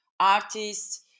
artists